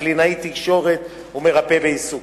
קלינאי תקשורת ומרפא בעיסוק.